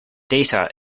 data